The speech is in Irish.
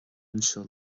anseo